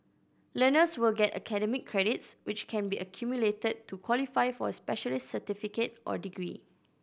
learners will get academic credits which can be accumulated to qualify for a specialist certificate or degree